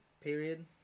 period